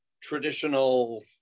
traditional